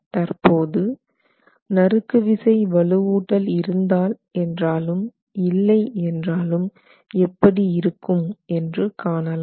தற்போது நறுக்கு விசை வலுவூட்டல் இருந்தால் என்றாலும் இல்லை என்றாலும் எப்படி இருக்கும் என்று காணலாம்